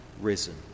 risen